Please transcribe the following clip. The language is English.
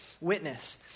witness